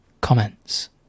Comments